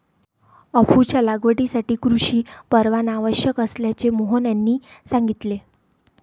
अफूच्या लागवडीसाठी कृषी परवाना आवश्यक असल्याचे मोहन यांनी सांगितले